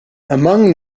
among